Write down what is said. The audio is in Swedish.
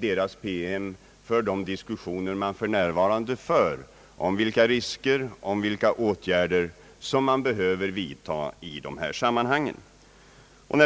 Det har skett i styrelsens promemoria om de diskussioner som man för närvarande driver om aktuella risker och åtgärder. Vad